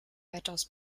weitaus